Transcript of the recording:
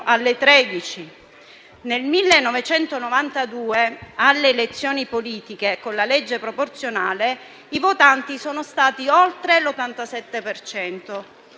ore 13. Nel 1992 alle elezioni politiche, con la legge proporzionale, i votanti sono stati oltre l'87